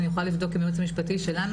אני יכולה לבדוק עם היועץ המשפטי שלנו,